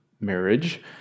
marriage